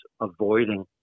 avoiding